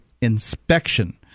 inspection